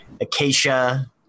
Acacia